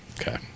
Okay